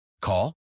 Call